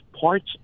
parts